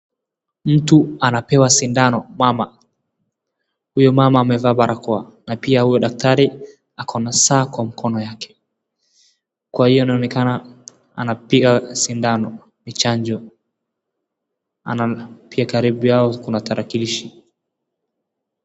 Mtu anapewa sindano mama, huyo mama amevaa barakoa na pi huyo daktari ako na saa kwa mkono yake. Kwa hiyo anaonekana anapiga sindano, chanjo, pia karibu yao kuna tarakilishi.